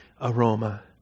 aroma